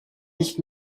nicht